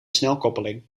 snelkoppeling